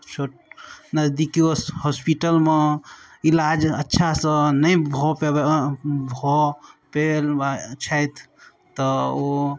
छोट नजदीकी हॉस्पिटलमे इलाज अच्छासँ नहि भऽ पबै भऽ पाइल वा छथि तऽ ओ